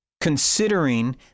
Considering